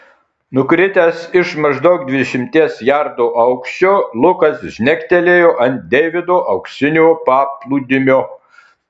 nukritęs iš maždaug dvidešimties jardų aukščio lukas žnektelėjo ant deivido auksinio paplūdimio